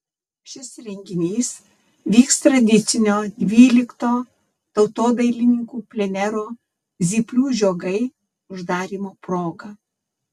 šis renginys vyks tradicinio dvylikto tautodailininkų plenero zyplių žiogai uždarymo proga